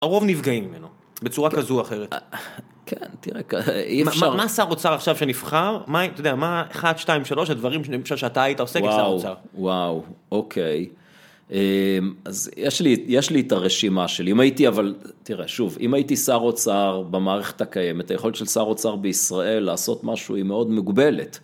הרוב נפגעים ממנו, בצורה כזו או אחרת. כן, תראה. מה מה שר אוצר עכשיו שנבחר? מה, אתה יודע, מה 1, 2, 3 הדברים למשל שאתה היית עושה כשר אוצר? וואו, אוקיי. אז יש לי יש לי את הרשימה שלי. אם הייתי, אבל תראה, שוב, אם הייתי שר אוצר במערכת הקיימת, היכולת של שר אוצר בישראל לעשות משהו היא מאוד מגבלת.